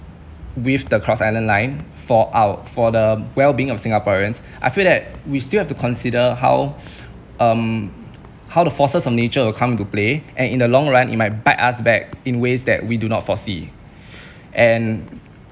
with the cross island line for our for the well being of singaporeans I feel that we still have to consider how um how the forces of nature will come into play and in the long run it might bite us back in the ways that we do not foresee and